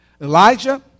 Elijah